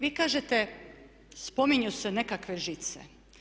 Vi kažete, spominju se nekakve žice.